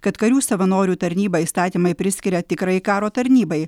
kad karių savanorių tarnybą įstatymai priskiria tikrajai karo tarnybai